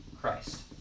Christ